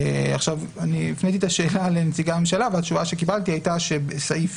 אני הפניתי את השאלה לנציגי הממשלה והתשובה שקיבלתי הייתה שבסעיף